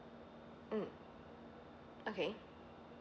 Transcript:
mm okay